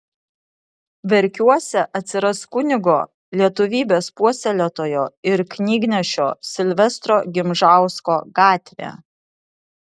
verkiuose atsiras kunigo lietuvybės puoselėtojo ir knygnešio silvestro gimžausko gatvė